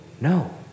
No